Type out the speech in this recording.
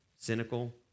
cynical